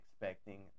expecting